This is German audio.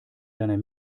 deiner